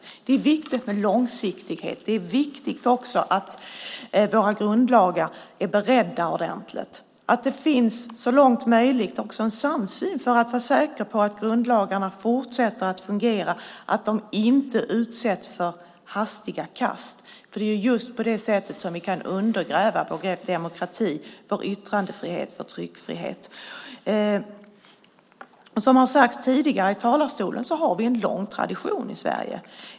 Det är viktigt med långsiktighet och att våra grundlagar är ordentligt beredda. Det är också viktigt att det så långt möjligt finns en samsyn så att man kan vara säker på att grundlagarna fortsätter att fungera och inte utsätts för hastiga kast. Det är ju just på det sättet man kan undergräva vår demokrati, yttrandefrihet och tryckfrihet. Som har sagts tidigare här har vi en lång tradition i Sverige.